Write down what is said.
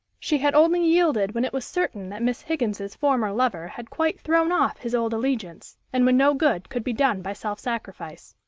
she had only yielded when it was certain that miss higgins's former lover had quite thrown off his old allegiance, and when no good could be done by self-sacrifice.